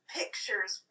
pictures